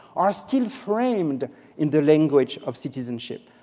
are still framed in the language of citizenship.